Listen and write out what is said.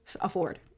afford